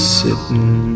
sitting